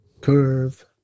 curve